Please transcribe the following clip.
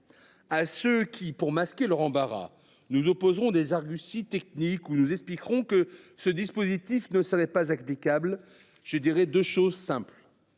À ceux qui, pour masquer leur embarras, nous opposeront des arguties techniques ou nous expliqueront que ce dispositif ne serait pas applicable, je dirai deux choses simples.